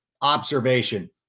observation